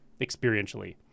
experientially